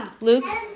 Luke